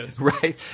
Right